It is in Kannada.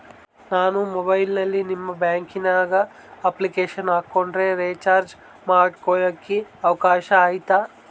ನಾನು ಮೊಬೈಲಿನಲ್ಲಿ ನಿಮ್ಮ ಬ್ಯಾಂಕಿನ ಅಪ್ಲಿಕೇಶನ್ ಹಾಕೊಂಡ್ರೆ ರೇಚಾರ್ಜ್ ಮಾಡ್ಕೊಳಿಕ್ಕೇ ಅವಕಾಶ ಐತಾ?